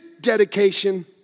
dedication